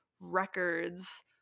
records